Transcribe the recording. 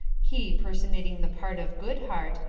he personating the part of goodhart,